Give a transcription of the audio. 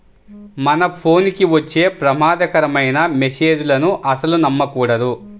మన ఫోన్ కి వచ్చే ప్రమాదకరమైన మెస్సేజులను అస్సలు నమ్మకూడదు